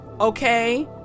Okay